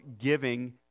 giving